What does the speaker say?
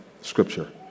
Scripture